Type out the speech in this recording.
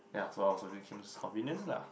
yeah so I was watching Kim's convenience lah